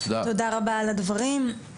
תודה רבה על הדברים.